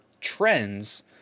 trends